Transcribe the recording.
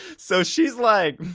so, she's like